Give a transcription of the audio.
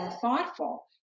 thoughtful